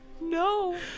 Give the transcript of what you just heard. No